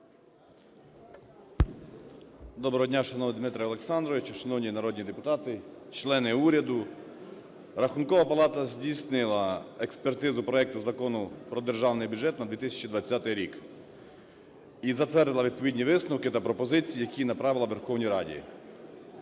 Дорого дня, шановний Дмитро Олександрович! Шановні народні депутати, члени уряду! Рахункова палата здійснила експертизу проекту Закону про Державний бюджет на 2020 рік і затвердила відповідні висновки та пропозиції, які направила Верховній Раді.